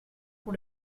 pour